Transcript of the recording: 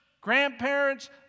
grandparents